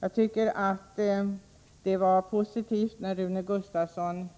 Jag tycker att det var positivt att Rune Gustavsson,